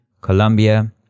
Colombia